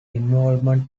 involvement